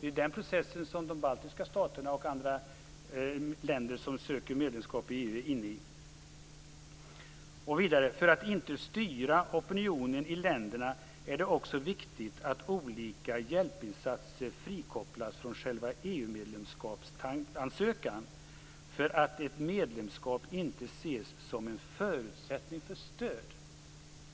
Det är den processen som de baltiska staterna och andra länder som söker medlemskap i EU är inne i. Vidare skriver man: "För att inte styra opinionen i länderna är det också viktigt att olika hjälpinsatser frikopplas från själva EU-medlemskapsansökan, dvs. att ett medlemskap inte ses som en förutsättning för stöd."